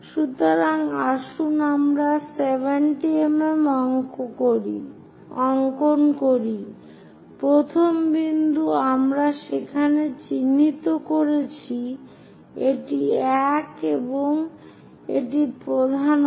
সুতরাং আসুন আমরা 70 mm অংকন করি প্রথম বিন্দু আমরা সেখানে চিহ্নিত করছি এটি এক এবং এটি প্রধান অক্ষ